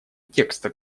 текста